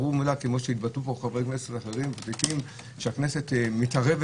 כמו שהתבטאו פה חברי כנסת אחרים שהכנסת מתערבת